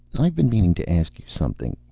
i've been meaning to ask you something,